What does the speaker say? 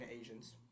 Asians